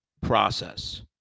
process